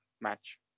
match